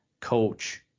Coach